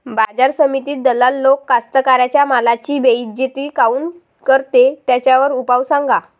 बाजार समितीत दलाल लोक कास्ताकाराच्या मालाची बेइज्जती काऊन करते? त्याच्यावर उपाव सांगा